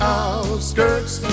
outskirts